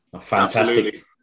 fantastic